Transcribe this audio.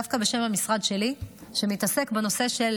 דווקא בשם המשרד שלי, שמתעסק בנושא של